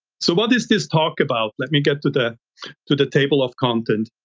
so what is this talk about? let me get to the to the table of contents.